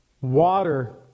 water